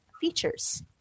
features